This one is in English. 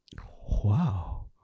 Wow